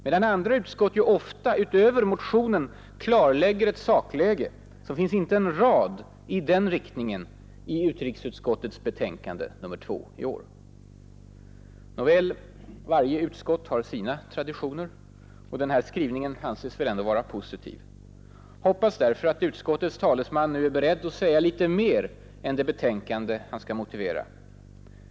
Medan andra utskott ju ofta utöver motionen klarlägger ett sakläge finns inte en rad i den riktningen i utrikesutskottets betänkande nr 2 i år. Nåväl, varje utskott har sina traditioner, och den här skrivningen anses väl ändå vara positiv. Jag hoppas därför att utskottets talesman nu är beredd att säga litet mer än det betänkande han skall motivera.